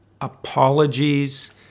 apologies